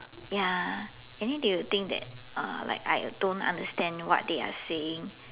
ya and then they will think that I don't understand what they are saying